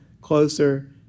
closer